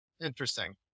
interesting